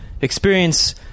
experience